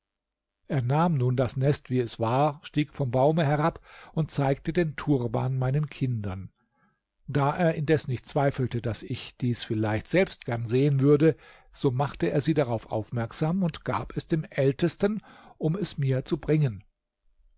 er nahm nun das nest wie es war stieg vom baume herab und zeigte den turban meinen kindern da er indes nicht zweifelte daß ich dies vielleicht selbst gern sehen würde so machte er sie darauf aufmerksam und gab es dem ältesten um es mir zu bringen